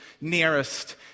nearest